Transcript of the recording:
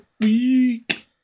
week